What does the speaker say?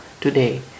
today